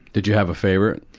did you have a favorite?